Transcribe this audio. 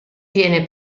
viene